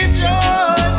joy